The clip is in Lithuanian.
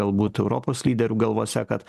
galbūt europos lyderių galvose kad